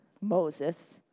Moses